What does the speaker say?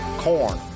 corn